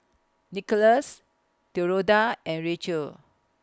Nickolas and Rachel